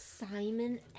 Simon